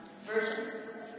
versions